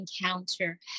encounter